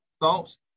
thoughts